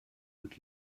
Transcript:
und